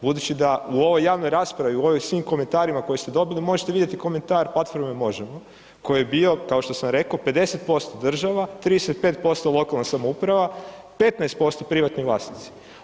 Budući da u ovoj javnoj raspravi, u ovim svim komentarima koje ste dobili, možete vidjeti komentar platforme Možemo koji je bio, kao što sam rekao, 50% država, 35% lokalna samouprava, 15% privatni vlasnici.